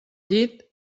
llit